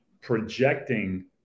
projecting